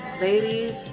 Ladies